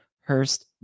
Hurst